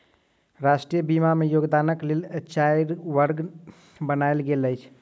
राष्ट्रीय बीमा में योगदानक लेल चाइर वर्ग बनायल गेल अछि